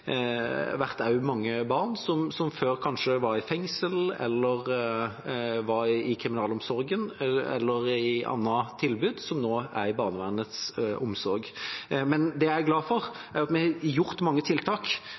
mange barn som før kanskje var i fengsel, i kriminalomsorgen eller i annet tilbud, som nå er i barnevernets omsorg. Det jeg er glad for, er at vi har gjort mange tiltak,